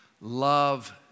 love